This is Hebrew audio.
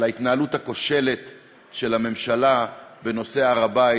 להתנהלות הכושלת של הממשלה בנושא הר הבית,